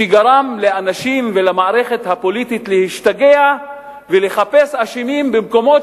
שגרם לאנשים ולמערכת הפוליטית להשתגע ולחפש אשמים במקומות